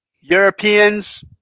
Europeans